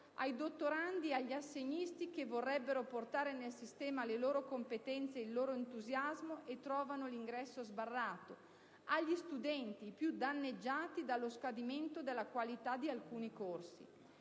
ai dottorandi e agli assegnisti che vorrebbero portare nel sistema le loro competenze e il loro entusiasmo e trovano l'ingresso sbarrato; agli studenti, i più danneggiati dallo scadimento della qualità di alcuni corsi.